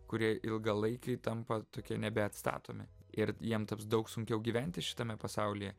kurie ilgalaikiui tampa tokie nebeatstatomi ir jiem taps daug sunkiau gyventi šitame pasaulyje